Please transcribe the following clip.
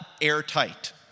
airtight